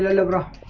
eleventh